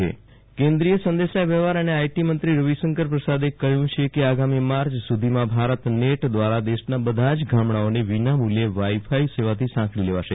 વિરલ રાણા ગ્રામ્ય વાઈફાઈ સેવા કેન્દ્રીય સંદેશા વ્યવહાર અને આઈટીમંત્રી રવિશંકર પ્રસાદે કહ્યુ કે આગામી મર્ય સુધીમાં ભારત નેટ દ્રારા દેશના બધા જ ગામડાઓને વિનામુલ્યે વાઈફાઈ સેવાથી સાંકળી લેવાશે